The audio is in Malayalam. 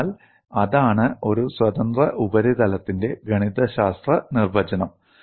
അതിനാൽ അതാണ് ഒരു സ്വതന്ത്ര ഉപരിതലത്തിന്റെ ഗണിതശാസ്ത്ര നിർവചനം